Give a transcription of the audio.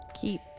Keep